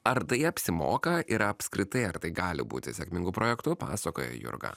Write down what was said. ar tai apsimoka ir apskritai ar tai gali būti sėkmingu projektu pasakoja jurga